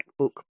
MacBook